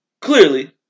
clearly